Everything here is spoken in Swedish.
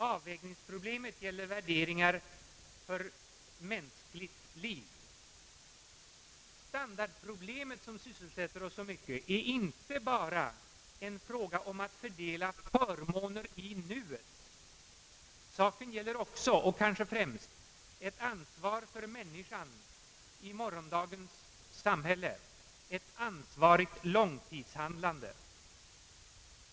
Avvägningsproblemet gäller värderingar av mänskligt liv. oss så mycket, är inte bara en fråga om att fördela förmåner i nuet. Saken gäller också — och kanske främst — ett ansvar för människan i morgondagens samhälle, ett ansvarigt långtidshandlande.